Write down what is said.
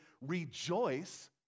rejoice